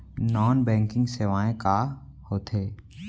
non banking सेवाएं का होथे